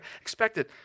expected